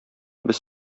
без